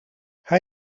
hij